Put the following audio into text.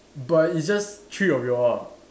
but it's just three of you all lah